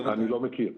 אני לא מכיר.